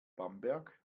bamberg